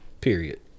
Period